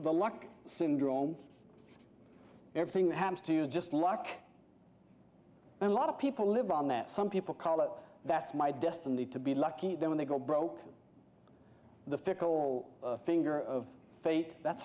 the luck syndrome everything that happens to you is just luck and a lot of people live on that some people call it that's my destiny to be lucky than when they go broke the fickle finger of fate that's